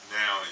now